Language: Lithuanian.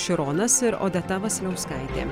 šironas ir odeta vasiliauskaitė